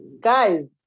Guys